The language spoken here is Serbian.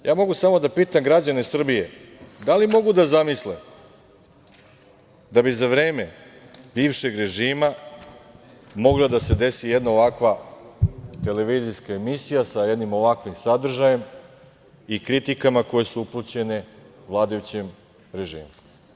E, sada, mogu samo da pitam građana Srbije, da li mogu da zamisle da bi za vreme bivšeg režima mogla da se desi jedna ovakva televizijska emisija sa jednim ovakvim sadržajem i kritikama koje su upućene vladajućem režimu?